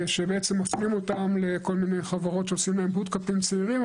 שבעצם מפנים אותם לכל מיני חברות שעושות להן --- עם צעירים,